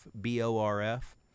B-O-R-F